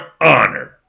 Honor